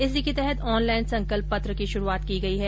इसी के तहत ऑनलाईन संकल्प पत्र की शुरूआत की गई है